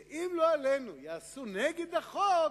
שאם, לא עלינו, יעשו נגד החוק,